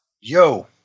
yo